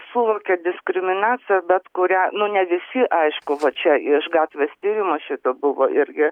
suvokia diskriminaciją bet kurią nu ne visi aišku va čia iš gatvės tyrimo šito buvo irgi